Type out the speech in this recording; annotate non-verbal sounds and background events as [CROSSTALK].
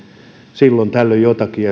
silloin tällöin jotakin [UNINTELLIGIBLE]